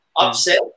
upset